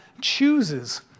chooses